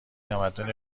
تمدن